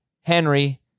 Henry